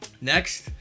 Next